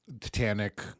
Titanic